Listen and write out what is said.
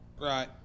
right